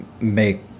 make